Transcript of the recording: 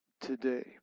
today